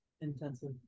intensive